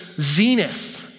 zenith